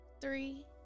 three